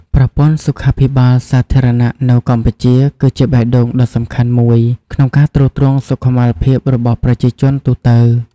ប្រព័ន្ធសុខាភិបាលសាធារណៈនៅកម្ពុជា គឺជាបេះដូងដ៏សំខាន់មួយក្នុងការទ្រទ្រង់សុខុមាលភាពរបស់ប្រជាជនទូទៅ។